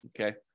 Okay